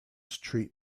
treat